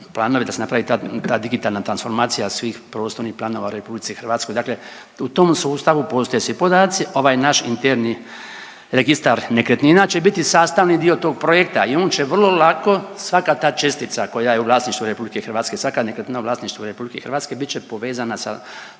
da se napravi ta digitalna transformacija svih prostornih planova u RH, dakle u tom sustavu postoje svi podaci, ovaj naš interni registar nekretnina će biti sastavni dio tog projekta i on će vrlo lako, svaka ta čestica koja je u vlasništvu RH, svaka nekretnina u vlasništvu RH bit će povezana sa